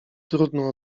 trudno